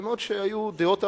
אף שהיו דעות אחרות,